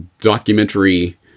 documentary